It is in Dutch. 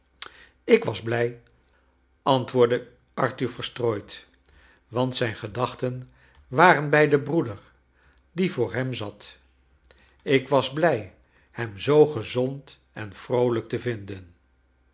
ik was blij antwoordde arthur verstrooid want zijn gedachten waren bij den broeder die voor hem zat ik was blij hem zoo gezond en zoo vroolijk te vinden